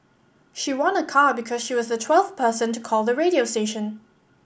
she won a car because she was the twelfth person to call the radio station